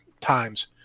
times